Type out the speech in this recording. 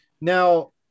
now